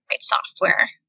software